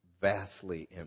vastly